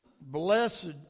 Blessed